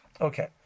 Okay